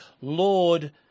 Lord